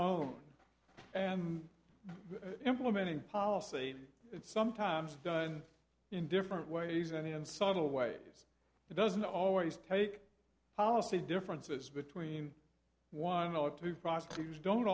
own and implementing policy it's sometimes done in different ways and in subtle ways it doesn't always take policy differences between one or two prosecutors don't